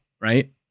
Right